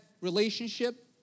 relationship